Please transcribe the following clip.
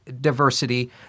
diversity